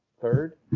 third